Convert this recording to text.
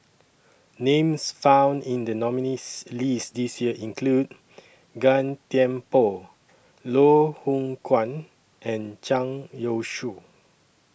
Names found in The nominees' list This Year include Gan Thiam Poh Loh Hoong Kwan and Zhang Youshuo